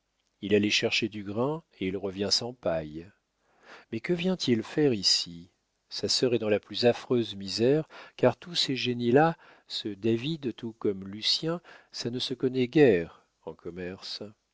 il allait chercher du grain et il revient sans paille mais que vient-il faire ici sa sœur est dans la plus affreuse misère car tous ces génies là ce david tout comme lucien ça ne se connaît guère en commerce